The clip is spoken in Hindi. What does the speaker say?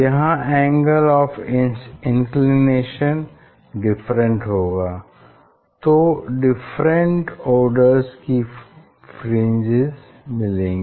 यहाँ एंगल ऑफ़ इंक्लिनेशन डिफरेंट होगा तो डिफरेंट ऑर्डर्स की फ्रिंजेस मिलेंगी